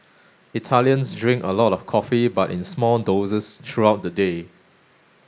Italians drink a lot of coffee but in small doses throughout the day